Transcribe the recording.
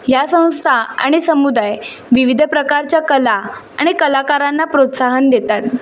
या संस्था आणि समुदाय विविध प्रकारच्या कला आणि कलाकारांना प्रोत्साहन देतात